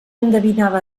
endevinava